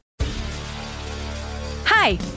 Hi